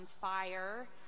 fire